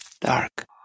Dark